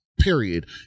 period